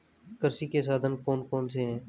कृषि के साधन कौन कौन से हैं?